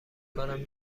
کنم